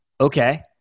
okay